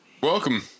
Welcome